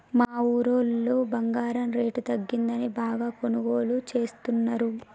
మా ఊరోళ్ళు బంగారం రేటు తగ్గిందని బాగా కొనుగోలు చేస్తున్నరు